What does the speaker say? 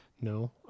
No